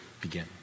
begin